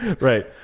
Right